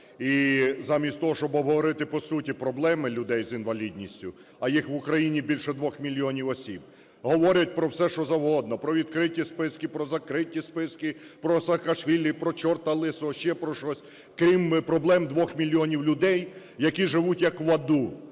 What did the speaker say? І замість того, щоб обговорити по суті проблеми людей з інвалідністю, а їх в України більше 2 мільйонів осіб, говорять про все, що завгодно: про відкриті списки, про закриті списки, про Саакашвілі, про чорта лисого, ще про щось, крім проблем 2 мільйонів людей, які живуть як в аду.